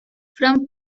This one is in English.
from